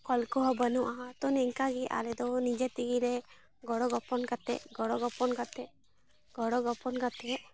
ᱠᱚᱞᱠᱚ ᱦᱚᱸ ᱵᱟᱹᱱᱩᱜᱼᱟ ᱛᱚ ᱱᱮᱝᱠᱟᱜᱮ ᱟᱞᱮᱫᱚ ᱱᱤᱡᱮᱛᱮᱜᱮ ᱞᱮ ᱜᱚᱲᱚᱼᱜᱚᱯᱚᱱ ᱠᱟᱛᱮ ᱜᱚᱲᱚᱼᱜᱚᱯᱚᱱ ᱠᱟᱛᱮ ᱜᱚᱲᱚᱼᱜᱚᱯᱚᱱ ᱠᱟᱛᱮ